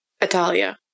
Italia